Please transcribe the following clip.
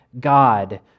God